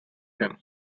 him